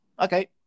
okay